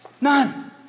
None